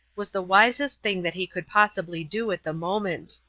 was the wisest thing that he could possibly do at the moment.